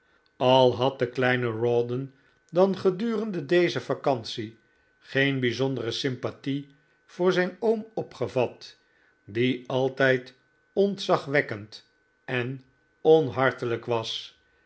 al had de kleine rawdon dan gedurende deze vacantie geen bijzondere sympathie voor zijn oom opgevat die altijd ontzagwekkend en onhartelijk was